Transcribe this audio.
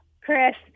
Chris